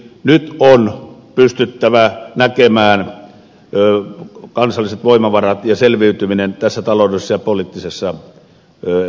nyt on pystyttävä näkemään kansalliset voimavarat ja selviytyminen tässä taloudellisessa ja poliittisessa paineessa